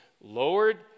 lowered